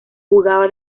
jugaba